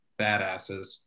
badasses